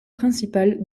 principales